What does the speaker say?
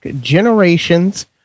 Generations